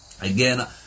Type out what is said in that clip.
Again